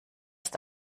ist